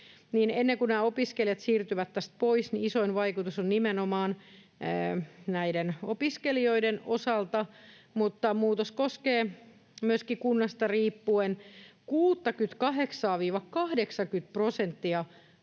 ennen kuin opiskelijat siirtyvät tästä pois, niin isoin vaikutus on nimenomaan näiden opiskelijoiden osalta — niin muutos koskee kunnasta riippuen 68:aa—80:tä prosenttia